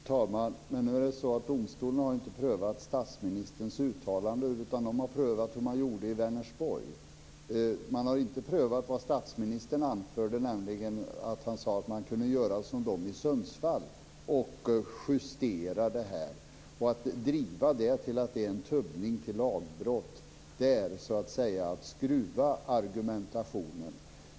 Fru talman! Nu är det så att domstolen inte har prövat statsministerns uttalande, utan den har prövat hur man gjorde i Vänersborg. Man har inte prövat vad statsministern anförde, nämligen att man kunde göra som de i Sundsvall och justera detta. Att driva det till att det är en tubbning till lagbrott är så att säga att skruva argumentationen.